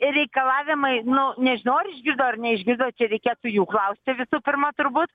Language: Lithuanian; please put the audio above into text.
reikalavimai nu nežinau ar išgirdo ar neišgirdo čia reikėtų jų klausti visų pirma turbūt